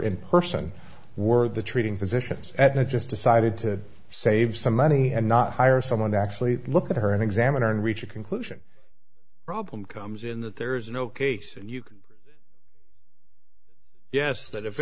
in person were the treating physicians and i just decided to save some money and not hire someone to actually look at her and examiner and reach a conclusion problem comes in that there is no case and you can yes that